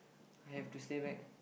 I have to stay back